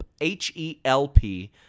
H-E-L-P